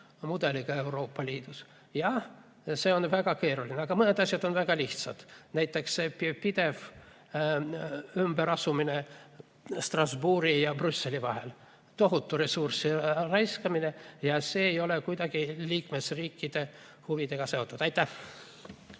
Euroopa Liidus. Jah, see on väga keeruline, aga mõned asjad on väga lihtsad, näiteks pidev ümberasumine, [pendeldades] Strasbourgi ja Brüsseli vahel. Tohutu ressursi raiskamine, ja see ei ole kuidagi liikmesriikide huvidega seotud. Aitäh!